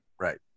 Right